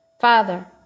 Father